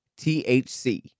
THC